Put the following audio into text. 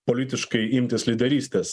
politiškai imtis lyderystės